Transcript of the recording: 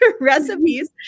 recipes